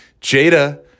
Jada